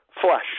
flesh